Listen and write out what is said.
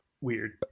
weird